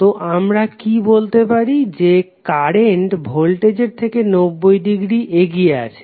তো আমরা কি বলতে পারি যে কারেন্ট ভোল্টেজের থেকে 90 ডিগ্রী এগিয়ে আছে